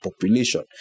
population